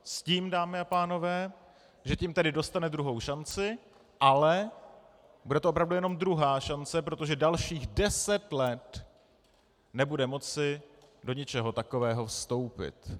S tím, dámy a pánové, že tím tedy dostane druhou šanci, ale bude to opravdu jenom druhá šance, protože dalších deset let nebude moci do ničeho takového vstoupit.